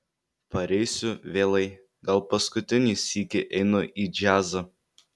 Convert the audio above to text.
pareisiu vėlai gal paskutinį sykį einu į džiazą